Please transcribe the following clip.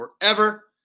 forever